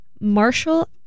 Marshall